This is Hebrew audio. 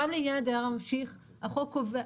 גם לעניין הדייר הממשיך החוק קובע,